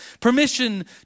permission